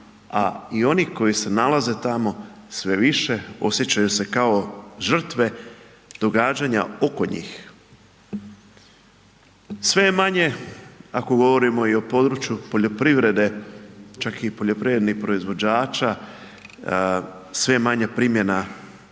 a i oni koji se nalaze tamo sve više osjećaju se kao žrtve događanja oko njih. Sve je manje, ako govorimo i o području poljoprivrede, čak i poljoprivrednih proizvođača, sve je manja primjena